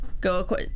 go